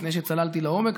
לפני שצללתי לעומק,